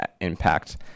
impact